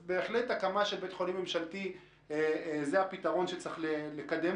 הקמה של בית חולים ממשלתי הוא הפתרון שצריך לקדם.